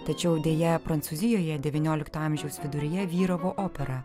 tačiau deja prancūzijoje devyniolikto amžiaus viduryje vyravo opera